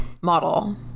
model